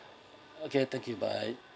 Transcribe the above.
okay thank you bye